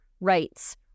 rights